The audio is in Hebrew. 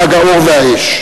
חג האור והאש.